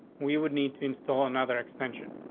we would need to install another extension.